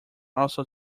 also